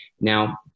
Now